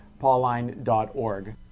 pauline.org